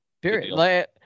Period